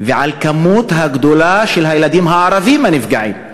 ועל המספר הגדול של הילדים הערבים הנפגעים,